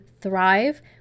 thrive